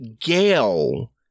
Gale